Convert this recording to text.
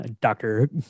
doctor